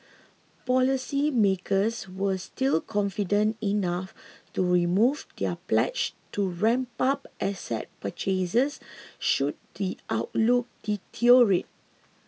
policy makers were still confident enough to remove their pledge to ramp up asset purchases should the outlook deteriorate